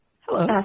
Hello